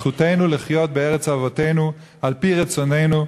זכותנו לחיות בארץ אבותינו על-פי רצוננו,